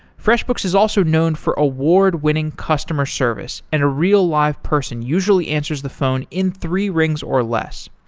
freshbooks is also known for award-winning customer service and a real live person usually answers the phone in three rings or less.